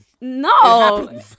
No